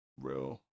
real